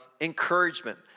encouragement